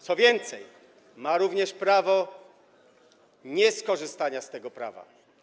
Co więcej, ma również prawo nieskorzystania z tego prawa.